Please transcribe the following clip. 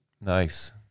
nice